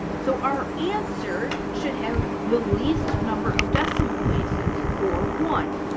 so our answer should have the least number of decimal places, or one.